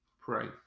pray